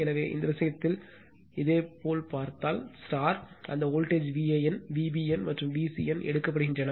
எனவே இந்த விஷயத்தில் இதேபோல் பார்த்தால் அந்த வோல்ட்டேஜ் Van Vbn மற்றும் Vcn எடுக்கப்படுகின்றன